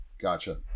Gotcha